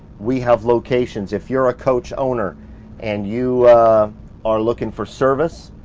we have locations. if you're a coach owner and you are looking for service,